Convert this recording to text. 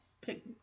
pick